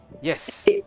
Yes